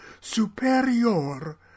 Superior